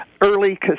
early